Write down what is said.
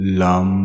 lum